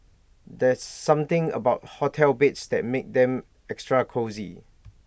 there's something about hotel beds that makes them extra cosy